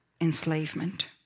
enslavement